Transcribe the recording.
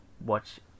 watch